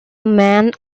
man